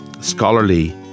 scholarly